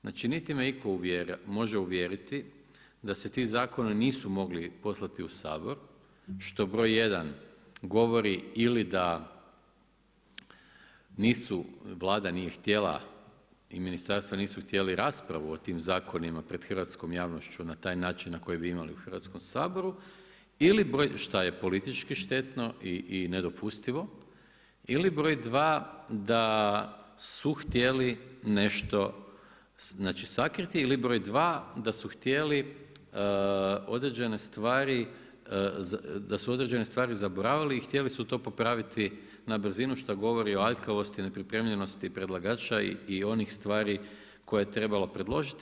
Znači niti me itko može uvjeriti da se ti zakoni nisu mogli poslati u Sabor što broj 1 govori ili da nisu, Vlada nije htjela i ministarstva nisu htjeli raspravu o tim zakonima pred hrvatskom javnošću na taj način na koji bi imali u Hrvatskom saboru ili šta je politički štetno i nedopustivo ili broj 2 da su htjeli nešto, znači sakriti, ili broj 2 da su htjeli određene stvari, da su određene stvari zaboravili i htjeli su to popraviti na brzinu što govori o aljkavosti i nepripremljenosti predlagača i onih stvari koje je trebalo predložiti.